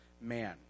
man